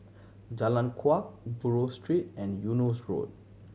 Jalan Kuak Buroh Street and Eunos Road